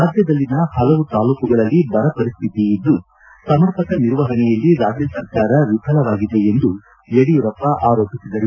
ರಾಜ್ಯದಲ್ಲಿನ ಪಲವು ತಾಲೂಕುಗಳಲ್ಲಿ ಬರ ಪರಿಶ್ಠಿತಿ ಇದ್ದು ಸಮರ್ಪಕ ನಿರ್ವಹಣೆಯಲ್ಲಿ ರಾಜ್ಯ ಸರ್ಕಾರ ವಿಫಲವಾಗಿದೆ ಎಂದು ಯಡಿಯೂರಪ್ಪ ಆರೋಪಿಸಿದರು